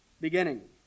beginning